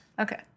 Okay